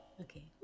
Okay